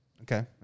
Okay